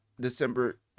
December